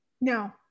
No